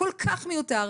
- כל כך מיותר.